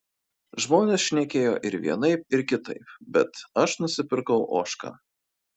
žmonės šnekėjo ir vienaip ir kitaip bet aš nusipirkau ožką